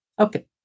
okay